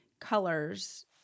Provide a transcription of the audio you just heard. colors